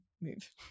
move